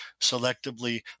selectively